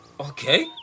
Okay